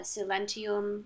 Silentium